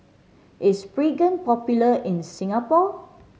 is Pregain popular in Singapore